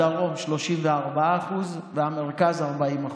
הדרום, 34% והמרכז, 40%,